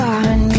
on